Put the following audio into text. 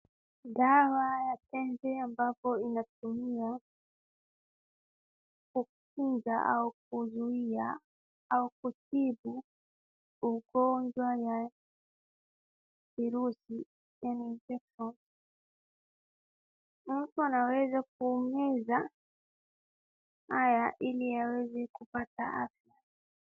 Dawa ya tembe ambapo inatumia kutunza au kuzuia au kutibu ugonjwa na virusi na mengineyo, mtu anaweza kuumeza haya ili aweze kupata afya.